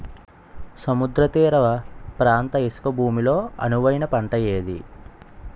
సముద్ర తీర ప్రాంత ఇసుక భూమి లో అనువైన పంట ఏది?